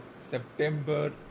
September